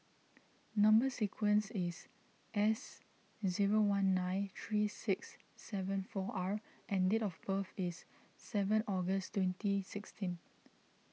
Number Sequence is S zero one nine three six seven four R and date of birth is seven August twenty sixteen